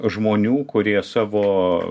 žmonių kurie savo